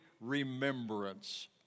remembrance